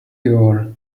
your